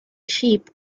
sheep